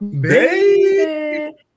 baby